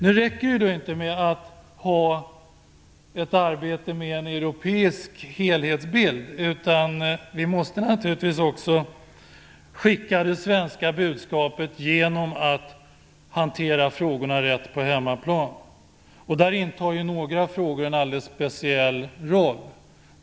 Nu räcker det inte med att ha ett arbete med en europeisk helhetsbild, utan vi måste naturligtvis också skicka det svenska budskapet genom att hantera frågorna rätt på hemmaplan. Här intar några frågor en alldeles speciell roll.